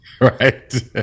Right